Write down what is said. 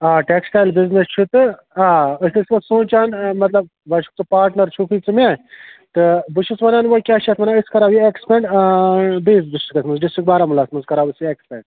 آ textile business چھُ تہٕ آ أسۍ وۄنۍ سونٛچان مطلب وۄنۍ چھُکھ ژٕ پاٹنَر چھُکھٕے ژٕ مےٚ تہٕ بہٕ چھُس وَنان وۄنۍ کیٛاہ چھِ اَتھ وَنان أسۍ کَرو یہِ اٮ۪کٕسپٮ۪نٛڈ بیٚیِس ڈِسٹِرٛکَس منٛز ڈِسٹِرٛک بارہموٗلاہَس منٛز کَرو أسۍ یہِ اٮ۪کٕسپٮ۪نٛڈ